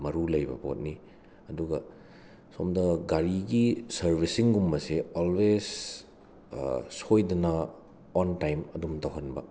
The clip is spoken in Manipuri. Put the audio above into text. ꯃꯥꯔꯨ ꯂꯩꯕ ꯄꯣꯠꯅꯤ ꯑꯗꯨꯒ ꯁꯣꯝꯗ ꯒꯥꯔꯤꯒꯤ ꯁꯔꯕꯤꯁꯤꯡꯒꯨꯝꯕꯁꯦ ꯑꯣꯜꯋꯦꯖꯁ ꯁꯣꯏꯗꯅ ꯑꯣꯟ ꯇꯥꯏꯝ ꯑꯗꯨꯝ ꯇꯧꯍꯟꯕ